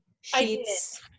sheets